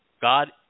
God